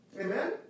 Amen